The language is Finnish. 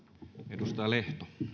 arvoisa herra